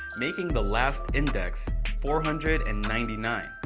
making the last index four hundred and ninety nine.